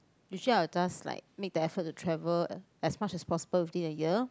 usually I will just like make the effort to travel as much as possible within a year